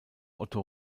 otto